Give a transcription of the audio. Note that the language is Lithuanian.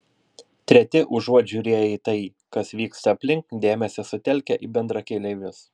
treti užuot žiūrėję į tai kas vyksta aplink dėmesį sutelkia į bendrakeleivius